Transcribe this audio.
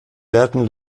werten